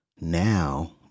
now